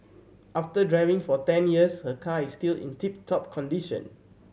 after driving for ten years her car is still in tip top condition